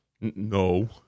No